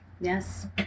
Yes